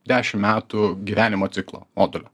dešim metų gyvenimo ciklo modulio